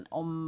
om